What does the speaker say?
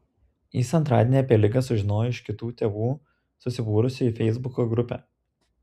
jis antradienį apie ligą sužinojo iš kitų tėvų susibūrusių į feisbuko grupę